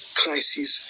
crisis